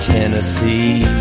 Tennessee